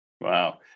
wow